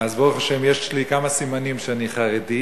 אז ברוך השם יש לי כמה סימנים שאני חרדי.